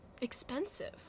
expensive